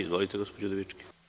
Izvolite gospođo Udovički.